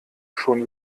schon